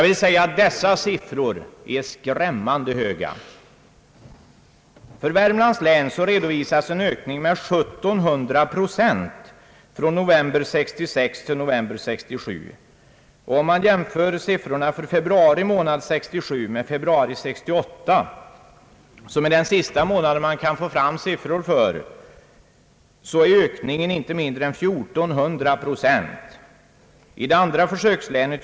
Siffrorna är skrämmande höga. För Värmlands län redovisas en ökning med 1700 procent från november 1966 till november 1967. Om man jämför siffrorna för februari månad 1967 med siffrorna för samma månad 1968 — den senaste månad som sådana här siffror i dagens läge föreligger för — finner man en ökning på 1400 procent.